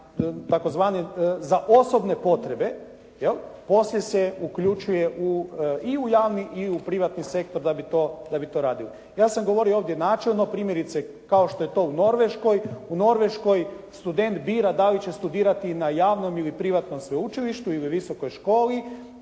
na tzv. za osobne potrebe poslije se uključuje i u javni i u privatni sektor da bi to radili. Ja sam govorio ovdje načelno primjerice kao što je to u Norveškoj. U Norveškoj student bira da li će studirati na javnom ili privatnom sveučilištu ili visokoj školi.